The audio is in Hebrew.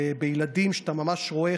ובילדים שאתה ממש רואה,